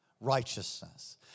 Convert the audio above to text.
righteousness